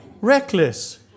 Reckless